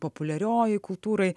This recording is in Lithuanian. populiariojoj kultūroj